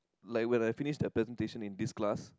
like when I finish that presentation in this class